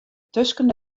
tusken